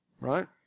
right